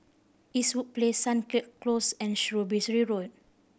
Eastwood Place Sunset Close and Shrewsbury Road